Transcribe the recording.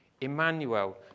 Emmanuel